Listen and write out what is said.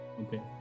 Okay